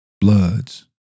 bloods